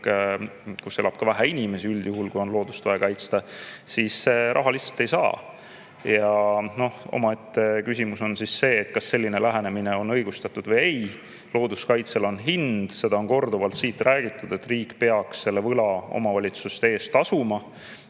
ääres elab vähe inimesi, kuna on loodust vaja kaitsta, siis raha lihtsalt ei saa. On omaette küsimus, kas selline lähenemine on õigustatud või ei. Looduskaitsel on hind. Seda on siit korduvalt räägitud, et riik peaks selle võla omavalitsuste eest tasuma.